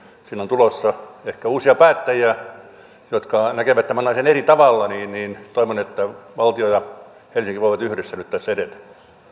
on tulossa ehkä uusia päättäjiä jotka näkevät tämän asian eri tavalla niin niin toivon että valtio ja helsinki voivat yhdessä nyt tässä edetä